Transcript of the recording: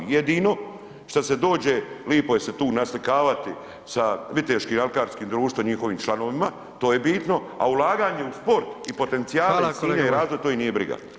Jedino šta se dođe lipo je se tu naslikavati sa Viteškim alkarskim društvom, njihovim članovima to je bitno, a ulaganje u sport i [[Upadica: Hvala kolega.]] potencijale …/nerazumljivo/… to ih nije briga.